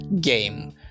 game